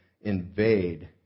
invade